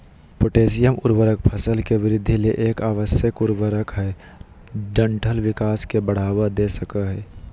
potassium उर्वरक फसल के वृद्धि ले एक आवश्यक उर्वरक हई डंठल विकास के बढ़ावा दे सकई हई